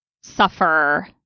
suffer